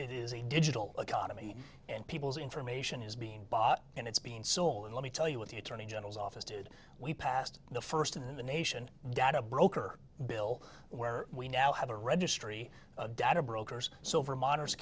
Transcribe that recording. it is a digital economy and people's information is being bought and it's being sold and let me tell you what the attorney general's office did we passed the first in the nation data broker bill where we now have a registry data brokers so vermonters